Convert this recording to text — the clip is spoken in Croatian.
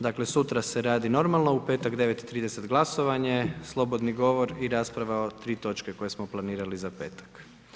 Dakle sutra se radi normalno, u petak u 9,30h glasovanje, slobodni govor i rasprava o 3 točke koje smo planirali za petak.